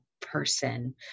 person